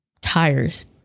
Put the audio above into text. tires